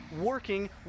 working